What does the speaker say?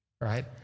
right